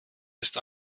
ist